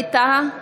ווליד טאהא,